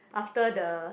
after the